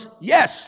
Yes